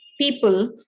people